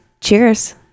Cheers